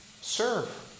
Serve